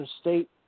state